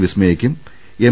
വിസ്മയക്കും M